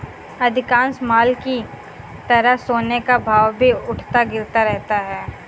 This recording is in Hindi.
अधिकांश माल की तरह सोने का भाव भी उठता गिरता रहता है